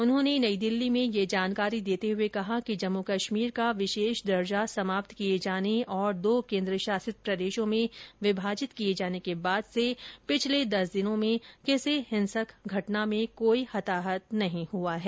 उन्होंने नई दिल्ली में यह जानकारी देते हुए कहा कि जम्मू कश्मीर का विशेष दर्जा समाप्त किए जाने और दो केन्द्रशासित प्रदेशों में विभाजित किए जाने के बाद से पिछले दस दिनों में किसी हिंसक घटना में कोई हताहत नहीं हुआ है